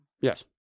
Yes